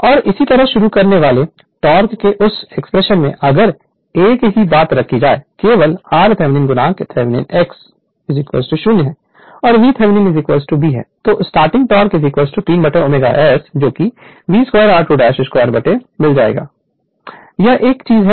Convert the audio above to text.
और इसी तरह शुरू करने वाले टॉर्क के उस एक्सप्रेशन में अगर एक ही बात रखी जाए केवल r Thevenin x Thevenin 0 है और VThevenin b हो जाएगा तो starting torque 3ω S onto v 2r2 मिल जाएगा यह एक है जो इक्वेशन 38 है